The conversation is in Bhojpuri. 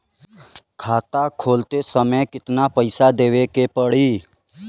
खाता खोलत समय कितना पैसा देवे के पड़ी?